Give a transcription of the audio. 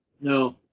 No